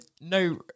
No